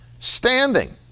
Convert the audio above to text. standing